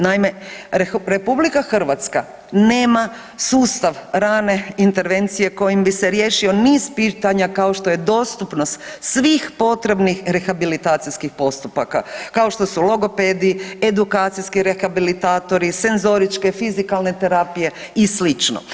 Naime, RH nema sustav rane intervencije kojim bi se riješio niz pitanja kao što je dostupnost svih potrebnih rehabilitacijskih postupaka, kao što su logopedi, edukacijski rehabilitatori, senzoričke, fizikalne terapije i slično.